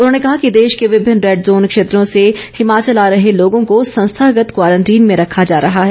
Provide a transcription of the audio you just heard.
उन्होंने कहा कि देश के विभिन्न रेड जोन क्षेत्रों से हिमाचल आ रहे लोगों को संस्थागत क्वारंटीन में रखा जा रहा है